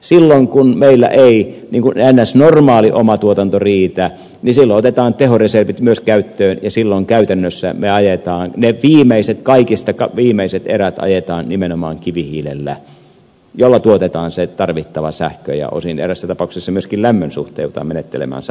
silloin kun meillä ei niin sanottu normaali oma tuotanto riitä otetaan myös tehoreservit käyttöön ja silloin käytännössä ajetaan ne kaikista viimeiset erät nimenomaan kivihiilellä jolla tuotetaan se tarvittava sähkö ja osin eräissä tapauksissa myöskin lämmön suhteen joudutaan menettelemään samalla tavalla